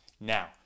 Now